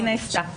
היא נעשתה.